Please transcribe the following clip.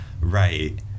Right